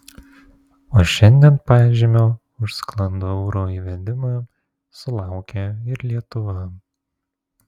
o šiandien pažymio už sklandų euro įvedimą sulaukė ir lietuva